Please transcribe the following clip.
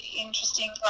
interesting